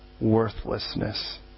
worthlessness